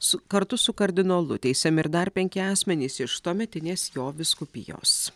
su kartu su kardinolu teisiami ir dar penki asmenys iš tuometinės jo vyskupijos